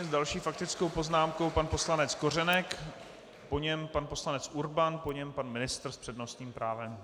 S další faktickou poznámkou pan poslanec Kořenek, po něm pan poslanec Urban, po něm pan ministr s přednostním právem.